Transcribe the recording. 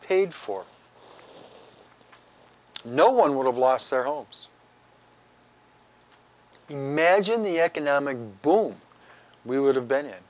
paid for all no one would have lost their homes imagine the economic boom we would have been i